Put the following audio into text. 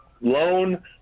loan